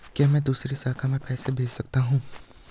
क्या मैं दूसरी शाखा में पैसे भेज सकता हूँ?